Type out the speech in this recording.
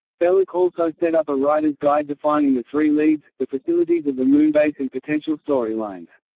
bellak also set up a writers' guide defining the three leads, the facilities of the moonbase and potential storylines.